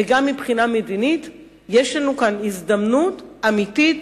וגם מבחינה מדינית יש לנו כאן הזדמנות אמיתית